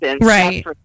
Right